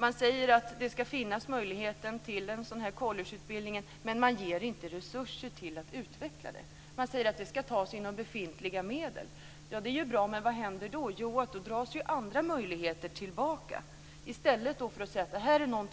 Man säger att det ska finnas möjlighet att anordna collegeutbildning, men man ger inga resurser till utvecklingen. Man säger att resurserna ska tas ur befintliga medel. Det är bra, men vad händer då? Jo, då dras andra möjligheter tillbaka. Regeringen gör så här i stället för att